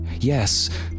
Yes